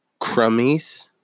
Crummies